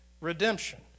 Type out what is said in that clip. redemption